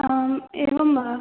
आम् एवं वा